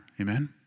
Amen